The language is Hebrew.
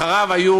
אבל אחריו היו